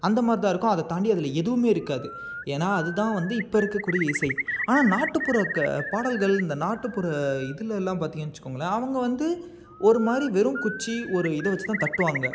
அந்தமாதிரிதான் இருக்கும் அதை தாண்டி அதில் எதுவும் இருக்காது ஏன்னா அதுதான் வந்து இப்போ இருக்கக்கூடிய இசை ஆனால் நாட்டுப்புற பாடல்கள் இந்த நாட்டுப்புற இதுலெல்லாம் பார்த்திங்கனு வச்சுக்கோங்களேன் அவங்க வந்து ஒருமாதிரி வெறும் குச்சி ஒரு இதை வச்சுதான் தட்டுவாங்க